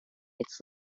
its